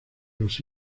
los